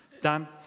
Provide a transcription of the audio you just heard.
Dan